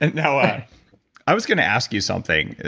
and no, i i was gonna ask you something.